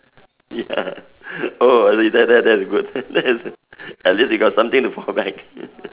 ya oh really that that that is good that is at least he got something to fall back